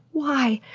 why?